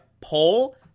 poll